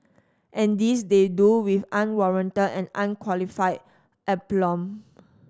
and this they do with unwarranted and unqualified aplomb